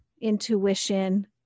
intuition